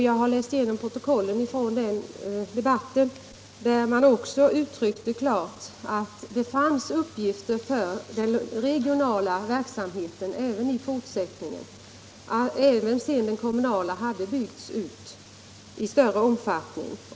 Jag har läst igenom protokollet från den debatten, och av det framgår att man underströk att det finns uppgifter för den regionala verksamheten också i fortsättningen, även sedan den kommunala har byggts ut i större omfattning.